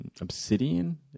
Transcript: obsidian